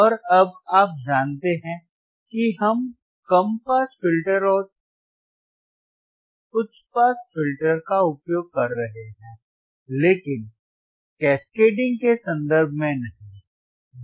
और अब आप जानते हैं कि हम कम पास फिल्टर और उच्च पास फिल्टर का उपयोग कर रहे हैं लेकिन कैस्केडिंग के संदर्भ में नहीं